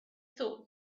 thought